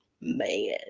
man